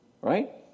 Right